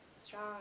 strong